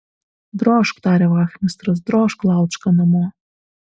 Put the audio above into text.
drožk tarė vachmistras drožk laučka namo